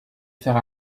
faire